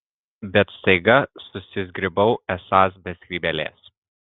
bet staiga susizgribau esąs be skrybėlės